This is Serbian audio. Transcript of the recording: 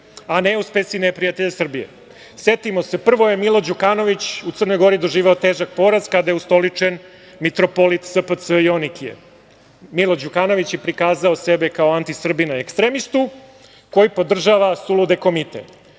a neuspesi neprijatelja Srbije. Setimo se, prvo je Milo Đukanović u Crnoj Gori doživeo težak poraz kada je ustoličen mitropolit SPC Joanikije. Milo Đukanović je prikazao sebe kao antisrbina ekstremistu koji podržava sulude komite. Potom